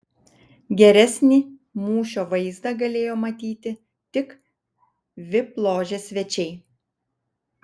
geresnį mūšio vaizdą galėjo matyti tik vip ložės svečiai